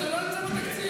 זה לא נמצא בתקציב.